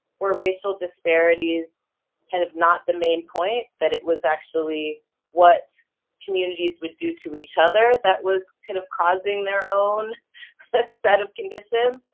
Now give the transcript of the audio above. were racial disparities kind of not the main point, that it was actually what communities would do to each other that was kind of causing their own set set of conditions,